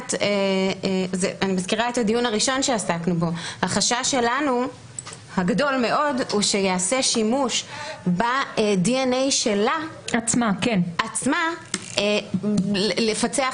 נפגעת החשש הגדול מאוד שלנו הוא שייעשה שימוש ב-DNA שלה עצמה כדי לפצח